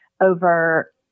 over